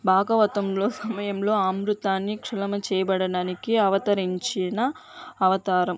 భాగవతంలో సమయంలో అమృతాన్ని క్షళణ చేయబడడానికి అవతరించిన అవతారం